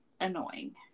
annoying